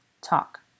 Talk